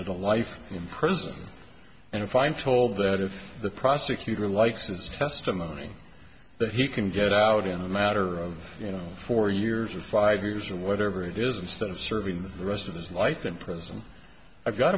at a life in prison and if i'm told that if the prosecutor likes his testimony that he can get out in a matter of you know four years or five years or whatever it is instead of serving the rest of his life in prison i've got